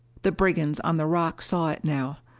the brigands on the rocks saw it now.